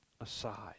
aside